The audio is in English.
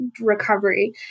recovery